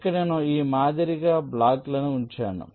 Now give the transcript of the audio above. ఇక్కడ నేను ఈ మాదిరిగా బ్లాకులను ఉంచాను